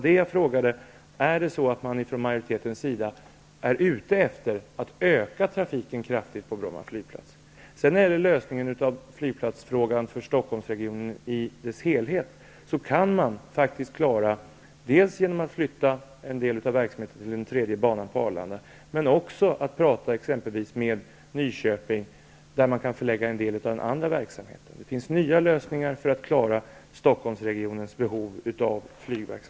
Min fråga var: Är majoriteten ute efter att öka trafiken kraftigt på När det gäller lösningen av flygplatsfrågan för Stockholmsregionen i dess helhet kan man faktiskt klara den genom att flytta en del av verksamheten till en tredje bana på Arlanda, men också genom att förlägga en del av den andra verksamheten till Nyköping. Det finns nya lösningar för att klara